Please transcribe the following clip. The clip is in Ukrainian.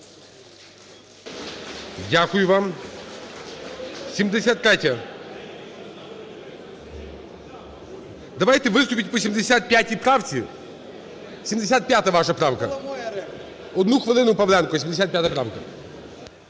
Дякую вам. 73-я. Давайте виступіть по 75 правці. 75-а, ваша правка. Одну хвилину Павленко, 75 правка.